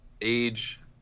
age